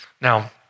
Now